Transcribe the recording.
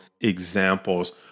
examples